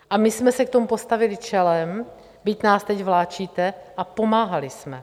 A my jsme se k tomu postavili čelem, byť nás teď vláčíte, a pomáhali jsme.